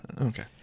Okay